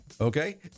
Okay